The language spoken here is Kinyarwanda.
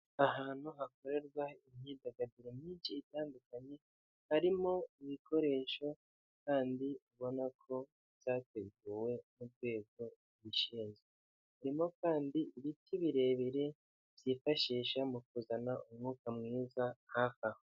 Ahantu hakorerwa imyidagaduro myinshi itandukanye harimo ibikoresho kandi ubona ko byateguwe n'urwego rubishinzwe hairimo kandi ibiti birebire byifashishwa mu kuzana umwuka mwiza hafi aho.